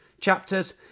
chapters